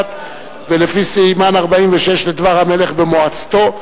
ומשפט ולפי סימן 46 לדבר המלך במועצתו,